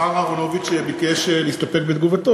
השר אהרונוביץ ביקש להסתפק בתגובתו.